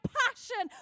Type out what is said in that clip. passion